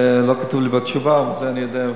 זה לא כתוב לי בתשובה, אבל את זה אני יודע.